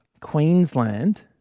Queensland